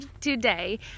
today